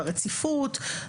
ברציפות.